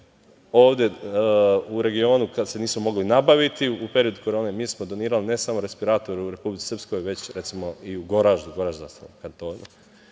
ovde u regionu, kada se nisu mogli nabaviti u periodu korone, mi smo donirali ne samo respiratore Republici Srpskoj, već i u Goraždu, Goraždanskom kantonu. To